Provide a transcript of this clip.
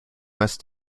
must